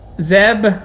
Zeb